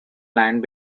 land